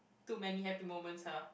too many happy moment lah